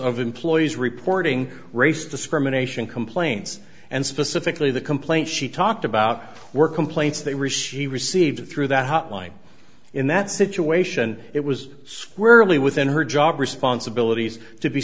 of employees reporting race discrimination complaints and specifically the complaint she talked about were complaints they were received through that hotline in that situation it was squarely within her job responsibilities to be